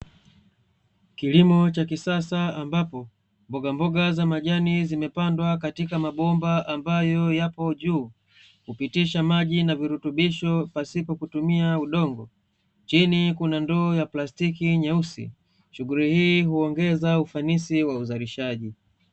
Kilimo cha kisasa, ambapo mbogamboga za majani zimepandwa katika maboma ambayo yapo juu, hupitisha maji na virutubisho pasipo kutumia udongo, Chini kuna ndoo ya plastiki nyeusi. Shughuli hii huongeza ufanisi wa uzalishaji.